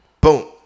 boom